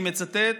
אני מצטט,